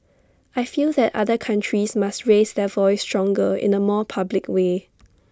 I feel that other countries must raise their voice stronger in A more public way